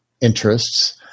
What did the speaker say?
interests